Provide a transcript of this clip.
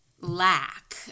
lack